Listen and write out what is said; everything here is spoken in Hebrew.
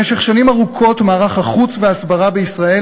במשך שנים ארוכות מערך החוץ וההסברה בישראל